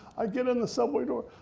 i get in the subway door,